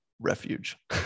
refuge